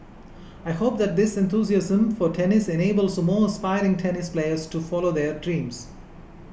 I hope that this enthusiasm for tennis enables more aspiring tennis players to follow their dreams